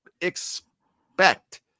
expect